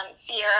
Sierra